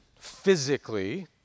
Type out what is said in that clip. physically